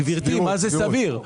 גבירתי, מה זה סביר?